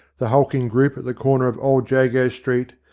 the hulking group at the corner of old jago street,